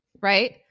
right